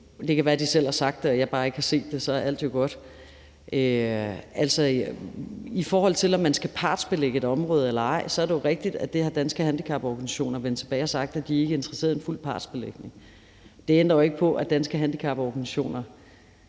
Det kan være, at de selv har sagt det og jeg bare ikke har set det. Så er alt jo godt. I forhold til om man skal partsbelægge et område eller ej, er det jo rigtigt, at der har Danske Handicaporganisationer vendt tilbage og sagt, at de ikke er interesseret i en fuld partsbelægning. Det ændrer jo ikke på, at Danske Handicaporganisationer